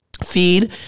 feed